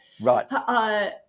Right